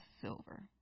silver